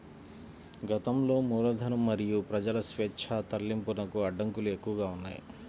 గతంలో మూలధనం మరియు ప్రజల స్వేచ్ఛా తరలింపునకు అడ్డంకులు ఎక్కువగా ఉన్నాయి